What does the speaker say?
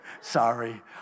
sorry